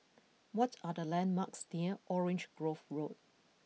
what are the landmarks near Orange Grove Road